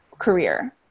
career